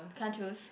can't choose